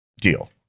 deal